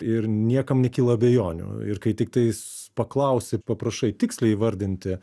ir niekam nekyla abejonių ir kai tik tais paklausi paprašai tiksliai įvardinti